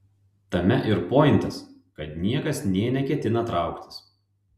tame ir pointas kad niekas nė neketina trauktis